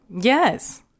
Yes